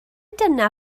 dyna